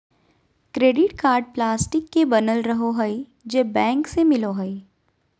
credit card plastic के बनल रहो हइ जे बैंक से मिलो हइ